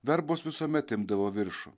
verbos visuomet imdavo viršų